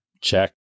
Check